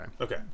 okay